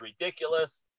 ridiculous